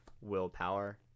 willpower